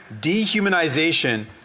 dehumanization